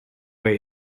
wait